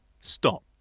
Stop